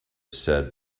said